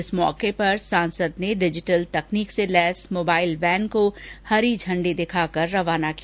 इस मौक ेपर सांसद ने डिजिटल तकनीक से लैस मोबाइल वैन को हरी झंडी दिखाकर रवाना किया